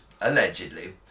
allegedly